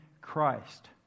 Christ